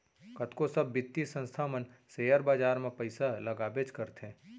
कतको सब बित्तीय संस्था मन सेयर बाजार म पइसा लगाबेच करथे